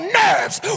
nerves